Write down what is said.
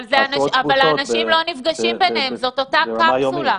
אבל אנשים לא נפגשים ביניהם, זו אותה קפסולה.